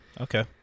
Okay